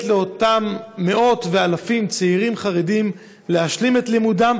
לאותם מאות ואלפי צעירים חרדים להשלים את לימודם,